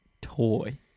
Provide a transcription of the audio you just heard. toy